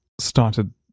started